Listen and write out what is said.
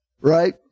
right